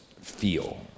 feel